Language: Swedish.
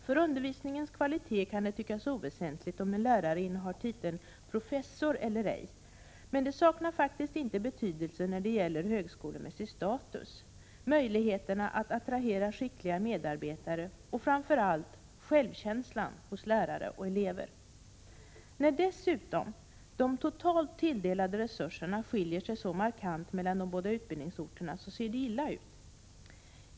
För undervisningens kvalitet kan det tyckas oväsentligt om en lärare innehar titeln professor eller ej, men det saknar faktiskt inte betydelse när det gäller högskolemässig status, möjligheterna att attrahera skickliga medarbetare och framför allt självkänslan hos lärare och elever. När dessutom de totalt tilldelade resurserna skiljer sig så markant mellan de båda utbildningsorterna ser det illa ut.